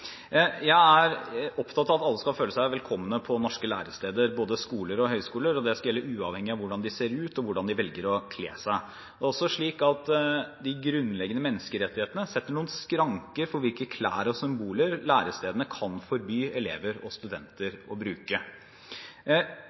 Jeg er opptatt av at alle skal føle seg velkomne på norske læresteder, både på skoler og på høyskoler, og det skal være uavhengig av hvordan man ser ut og hvordan man velger å kle seg. De grunnleggende menneskerettighetene setter skranker for hvilke klær og symboler lærestedene kan forby elever og studenter å bruke.